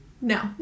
no